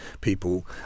people